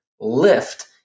lift